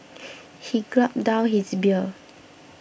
he gulped down his beer